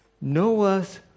Noah's